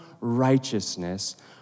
righteousness